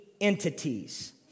entities